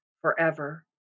forever